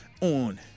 on